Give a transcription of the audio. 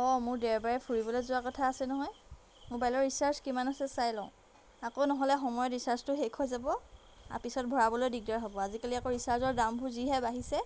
অ' মোৰ দেওবাৰে ফুৰিবলৈ যোৱা কথা আছে নহয় মোবাইলৰ ৰিচাৰ্জ কিমান আছে চাই লওঁ আকৌ নহ'লে সময়ত ৰিচাৰ্জটো শেষ হৈ যাব পিছত ভৰাবলৈ দিগদাৰ হ'ব আজিকালি আকৌ ৰিচাৰ্জৰ দামবোৰ যিহে বাঢ়িছে